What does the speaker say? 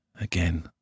again